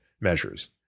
measures